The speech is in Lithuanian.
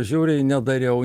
žiauriai nedariau